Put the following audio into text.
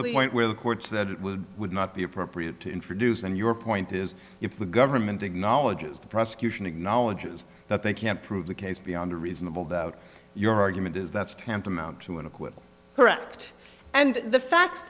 the point where the court's that would not be appropriate to introduce and your point is if the government acknowledges the prosecution acknowledges that they can't prove the case beyond a reasonable doubt your argument is that's tantamount to an acquittal correct and the fact